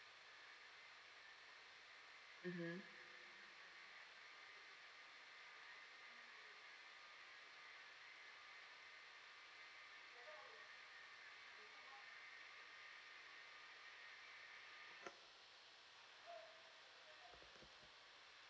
mmhmm